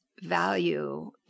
value